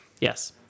Yes